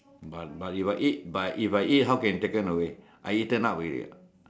but but if I ate but if I ate how can taken away I eaten up already what